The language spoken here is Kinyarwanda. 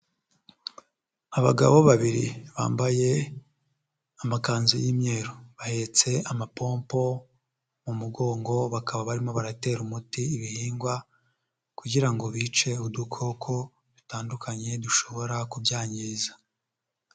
Abagabo babiri bambaye amakanzu y'imyeru bahetse amapompo mu mugongo bakaba barimo baratera umuti ibihingwa kugira ngo bice udukoko dutandukanye dushobora kubyangiza.